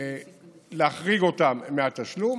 להחריג אותם מהתשלום